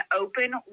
open